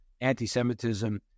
anti-Semitism